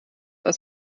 als